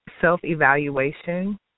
self-evaluation